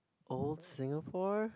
the whole Singapore